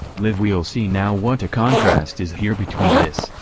liv we'll see now what a contrast is here between this,